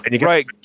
Right